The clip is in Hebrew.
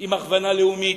עם הכוונה לאומית,